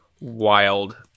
wild